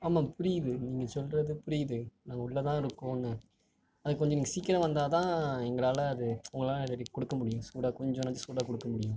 ஆமாம் புரியுது நீங்கள் சொல்வது புரியுது நாங்கள் உள்ளே தான் இருக்கோங்க அதுக்கு கொஞ்சம் நீங்கள் சீக்கிரம் வந்தால் தான் எங்களால் அது உங்களால் அது கொடுக்க முடியும் சூடாக கொஞ்சனாச்சும் சூடாக கொடுக்க முடியும்